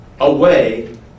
Away